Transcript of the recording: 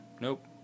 Nope